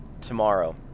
tomorrow